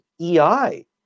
EI